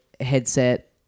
headset